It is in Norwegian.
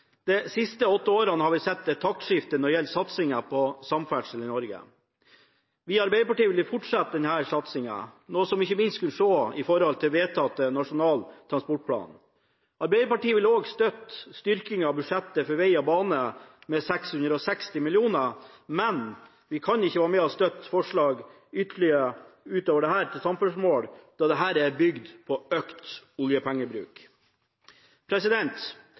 De siste åtte åra har vi sett et taktskifte når det gjelder satsinga på samferdsel i Norge. Vi i Arbeiderpartiet vil fortsette denne satsinga, noe vi ikke minst kan se av vedtatte Nasjonal transportplan. Arbeiderpartiet vil også støtte en styrking av budsjettene for vei og bane med 660 mill. kr, men vi kan ikke være med og støtte forslag utover dette til samferdselsformål, da dette er bygd på økt oljepengebruk.